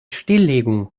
stilllegung